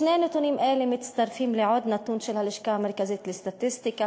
שני נתונים אלה מצטרפים לעוד נתון של הלשכה המרכזית לסטטיסטיקה,